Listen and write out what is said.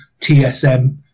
TSM